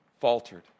faltered